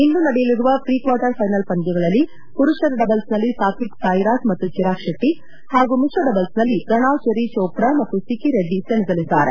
ಇಂದು ನಡೆಯಲಿರುವ pre quarter final ಪಂದ್ಯಗಳಲ್ಲಿ ಪುರುಷರ ಡಬಲ್ಸನಲ್ಲಿ ಸಾತ್ವಿಕ್ಸಾಯಿರಾಜ್ ಮತ್ತು ಚಿರಾಗ್ ಶೆಟ್ಟ ಹಾಗೂ ಮಿಶ್ರ ಡಬಲ್ಸ್ನಲ್ಲಿ ಪ್ರಣಾವ್ ಜೆರ್ರಿ ಜೋಪ್ರಾ ಮತ್ತು ಸಿಕ್ಕ ರೆಡ್ಡಿ ಸೆಣಸಲಿದ್ದಾರೆ